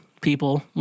people